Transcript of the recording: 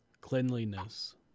cleanliness